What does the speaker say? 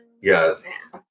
Yes